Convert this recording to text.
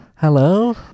Hello